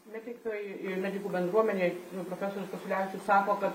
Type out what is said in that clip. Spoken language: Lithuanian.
medikai ir medikų bendruomenė nu profesorius kasiulevičius sako kad